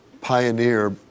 pioneer